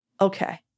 Okay